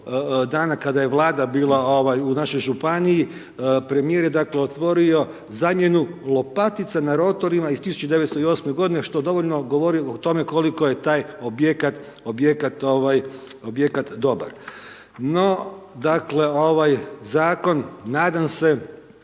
dana, kada je Vlada bila u našoj županiji, premijer je, dakle otvorio, zamjenu lopatica na rotorima iz 1908. godine što dovoljno govori o tome koliko je taj objekat dobar. No, dakle, ovaj zakon nadam se,